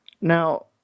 now